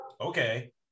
okay